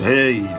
Hey